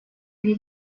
мне